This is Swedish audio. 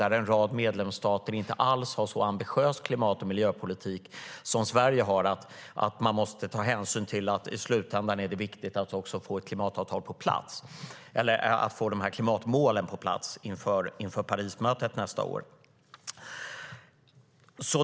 En rad av medlemsstaterna har inte alls en så ambitiös klimat och miljöpolitik som Sverige, och man måste ta hänsyn till att det i slutändan är viktigt att få klimatmålen på plats inför Parismötet nästa år.